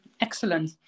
excellent